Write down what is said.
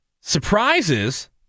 Surprises